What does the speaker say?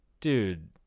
Dude